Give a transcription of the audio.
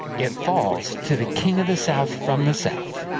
it falls to the king of the south, from the south.